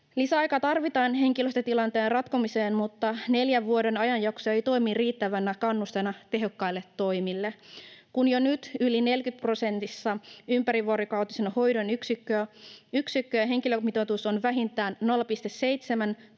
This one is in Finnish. Lisäaikaa tarvitaan henkilöstötilanteen ratkomiseen, mutta neljän vuoden ajanjakso ei toimi riittävänä kannusteena tehokkaille toimille. Kun jo nyt yli 40-prosenttisesti ympärivuorokautisen hoidon yksikköjen henkilöstömitoitus on vähintään 0,7:n